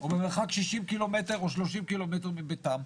או במרחק 60 ק"מ או 30 ק"מ מביתם?